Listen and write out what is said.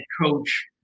coach